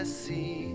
see